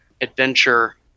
adventure